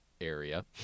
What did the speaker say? area